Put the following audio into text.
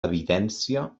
evidència